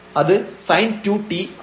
അത് sin 2t ആണ്